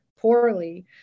poorly